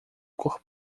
cor